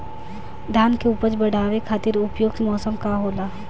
धान के उपज बढ़ावे खातिर उपयुक्त मौसम का होला?